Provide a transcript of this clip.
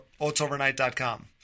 OatsOvernight.com